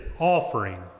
offering